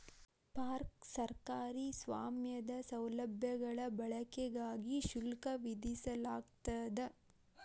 park ಸರ್ಕಾರಿ ಸ್ವಾಮ್ಯದ ಸೌಲಭ್ಯಗಳ ಬಳಕೆಗಾಗಿ ಶುಲ್ಕ ವಿಧಿಸಲಾಗ್ತದ